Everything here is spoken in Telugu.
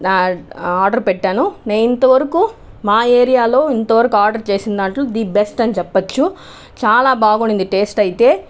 ఆర్డర్ పెట్టాను నేను ఇంత వరకు మా ఏరియాలో ఇంత వరకు ఆర్డర్ చేసిన దాంట్లో ది బెస్ట్ అని చెప్పొచ్చు చాలా బాగుండింది టేస్ట్ అయితే